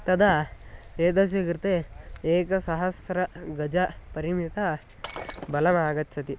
तदा एतस्य कृते एकसहस्रगजपरिमितं बलमागच्छति